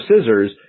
scissors